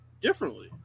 differently